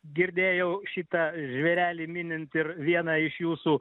girdėjau šitą žvėrelį minint ir vieną iš jūsų